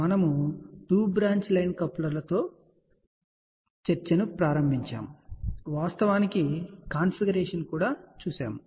మనము 2 branch line కప్లర్తో ప్రారంభించాము వాస్తవానికి కాన్ఫిగరేషన్ను చూశాము